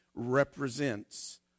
represents